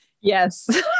yes